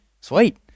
Sweet